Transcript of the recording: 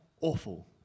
awful